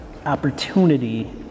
opportunity